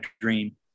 dream